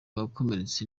wakomeretse